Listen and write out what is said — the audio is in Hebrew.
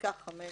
לפסקה (5)